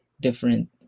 different